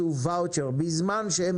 מה שחשוב לי,